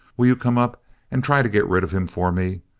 will you come up and try to get rid of him for me?